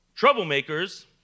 Troublemakers